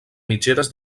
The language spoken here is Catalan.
mitgeres